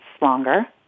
longer